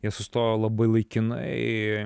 jie sustojo labai laikinai